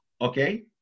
okay